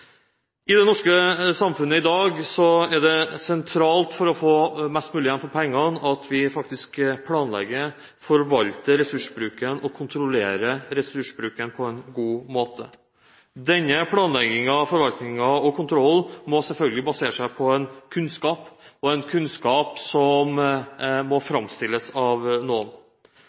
I det norske samfunnet i dag er det sentralt for å få mest mulig igjen for pengene at vi faktisk planlegger og forvalter ressursbruken og kontrollerer ressursbruken på en god måte. Denne planleggingen, forvaltningen og kontrollen må selvfølgelig basere seg på en kunnskap, på en kunnskap som må framstilles av noen.